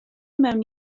mewn